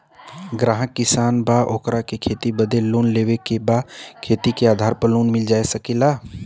ग्राहक किसान बा ओकरा के खेती बदे लोन लेवे के बा खेत के आधार पर लोन मिल सके ला?